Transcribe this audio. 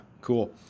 Cool